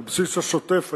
על בסיס השוטף היומיומי,